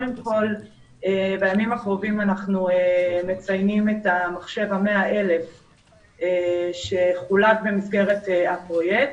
בימים הקרובים אנחנו מציינים את המחשב ה-100,000 שחולק במסגרת הפרויקט.